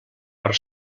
per